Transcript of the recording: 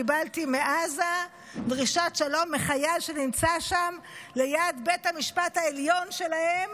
קיבלתי מעזה דרישת שלום מחייל שנמצא שם ליד בית המשפט העליון שלהם,